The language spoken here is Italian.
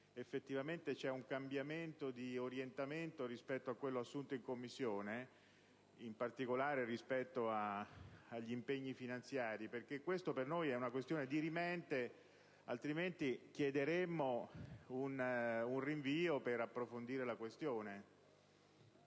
effettivamente c'è un cambiamento rispetto all'orientamento assunto in Commissione, in particolare rispetto agli impegni finanziari. Questa per noi è una questione dirimente; altrimenti, chiederemmo un rinvio per approfondire la questione.